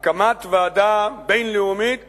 הקמת ועדה בין-לאומית